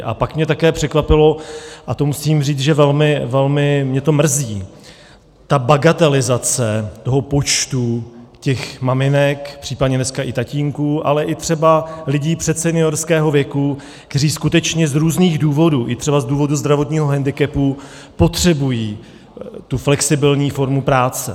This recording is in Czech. A pak mě také překvapilo, a to musím říct, že mě to velmi mrzí, ta bagatelizace toho počtu těch maminek, případně dneska i tatínků, ale i třeba lidí předseniorského věku, kteří skutečně z různých důvodů, i třeba z důvodu zdravotního hendikepu, potřebují tu flexibilní formu práce.